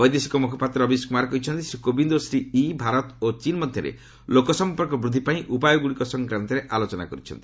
ବୈଦେଶିକ ବିଭାଗ ମୁଖପାତ୍ର ରବିଶ କୁମାର କହିଛନ୍ତି ଶ୍ରୀ କୋବିନ୍ଦ ଓ ଶ୍ରୀ ୟି ଭାରତ ଓ ଚୀନ୍ ମଧ୍ୟରେ ଲୋକସଂପର୍କ ବୃଦ୍ଧି ପାଇଁ ଉପାୟ ଗୁଡ଼ିକ ସଂକ୍ରାନ୍ତରେ ଆଲୋଚନା କରିଛନ୍ତି